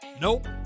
Nope